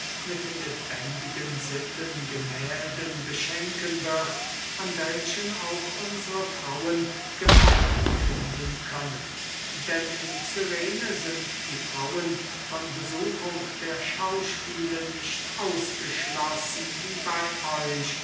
mit lebendigen sittengemählden beschenken wird an welchen auch unsre frauen gefallen finden können denn in cyrene sind die frauen von besuchung der schauspiele nicht ausgeschlossen wie bey euch